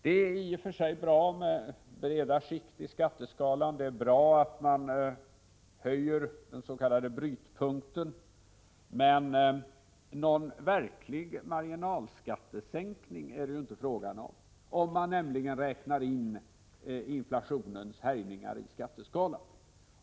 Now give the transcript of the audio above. Det är i och för sig bra med breda skikt på skatteskalan och det är också bra att den s.k. brytpunkten höjs, men någon verklig marginalskattesänkning är det inte fråga om, nämligen om man räknar in inflationens härjningar i skatteskalan.